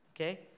okay